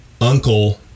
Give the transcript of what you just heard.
uncle